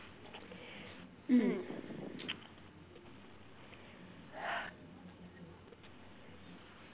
mm